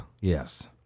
Yes